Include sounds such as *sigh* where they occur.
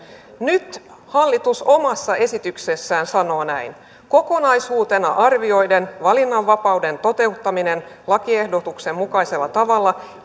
nyt hallitus omassa esityksessään sanoo näin kokonaisuutena arvioiden valinnanvapauden toteuttaminen lakiehdotuksen mukaisella tavalla *unintelligible*